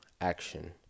action